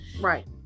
right